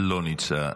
לא נמצא.